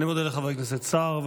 אני מודה לחבר הכנסת סער.